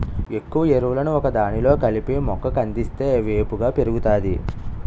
ఎక్కువ ఎరువులను ఒకదానిలో కలిపి మొక్క కందిస్తే వేపుగా పెరుగుతాది